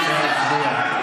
נא להצביע.